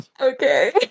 Okay